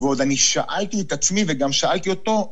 ועוד אני שאלתי את עצמי, וגם שאלתי אותו.